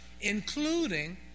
including